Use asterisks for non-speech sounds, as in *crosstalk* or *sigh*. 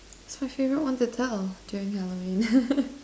that's my favorite one to tell during Halloween *laughs*